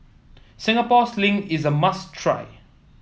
Singapore Sling is a must try